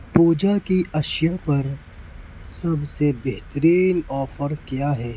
پوجا کی اشیاء پر سب سے بہترین آفر کیا ہے